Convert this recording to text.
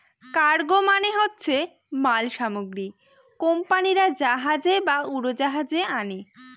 cargo মানে হচ্ছে মাল সামগ্রী কোম্পানিরা জাহাজে বা উড়োজাহাজে আনে